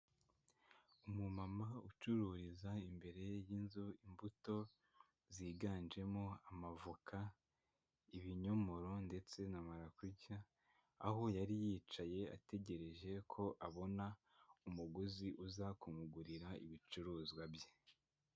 Umumama ucururiza imbere y'inzu imbuto ziganjemo amavoka, ibinyomoro ndetse na marakuja, aho yari yicaye ategereje ko abona umuguzi uza kumugurira ibicuruzwa bye.